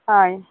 হয়